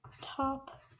Top